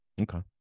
Okay